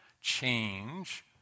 change